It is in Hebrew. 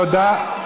תודה.